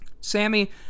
Sammy